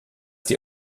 die